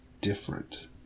different